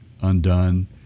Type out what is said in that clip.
undone